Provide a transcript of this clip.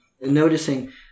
noticing